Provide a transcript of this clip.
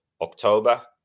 october